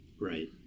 Right